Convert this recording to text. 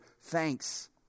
thanks